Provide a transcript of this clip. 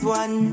one